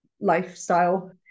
lifestyle